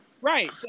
Right